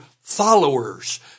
followers